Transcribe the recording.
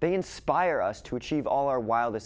they inspire us to achieve all our wil